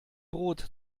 brot